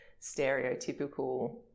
stereotypical